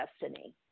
destiny